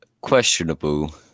Questionable